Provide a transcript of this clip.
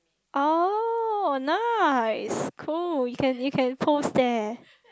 oh nice cool you can you can pose there